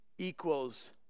equals